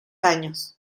años